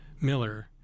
Miller